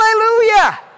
Hallelujah